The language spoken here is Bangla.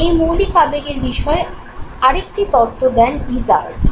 এই মৌলিক আবেগের বিষয়ে আরেকটি তত্ত্ব দেন ইজারড